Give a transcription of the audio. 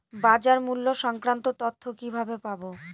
বাজার মূল্য সংক্রান্ত তথ্য কিভাবে পাবো?